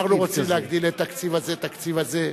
אנחנו רוצים להגדיל את התקציב הזה והתקציב הזה.